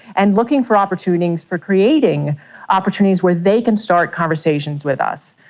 and looking for opportunities for creating opportunities where they can start conversations with us.